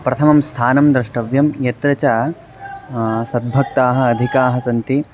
प्रथमं स्थानं द्रष्टव्यं यत्र च सद्भक्ताः अधिकाः सन्ति